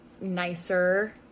nicer